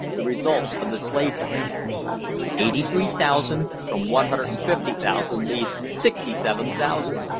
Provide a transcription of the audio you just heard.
the results of the slave-trade eighty three thousand from one hundred and fifty thousand leaves sixty seven thousand!